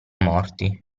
morti